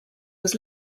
was